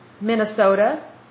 Minnesota